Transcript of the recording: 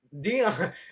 Dion